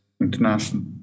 international